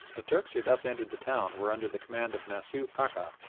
the turks who thus entered the town were under the command of nasooh pacha,